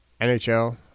NHL